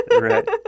Right